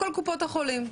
לכל קופות החולים.